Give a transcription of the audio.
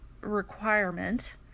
requirement